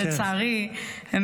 לצערי,